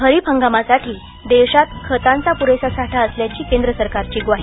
खरीप हंगामासाठी देशात खतांचा प्रेसा साठा असल्याची केंद्र सरकारची ग्वाही